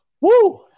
Woo